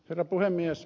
herra puhemies